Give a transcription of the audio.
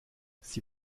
sie